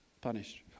punished